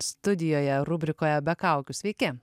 studijoje rubrikoje be kaukių sveiki